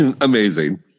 Amazing